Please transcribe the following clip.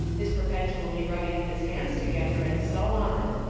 is per petually rubbing his hands together, and so on.